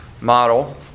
model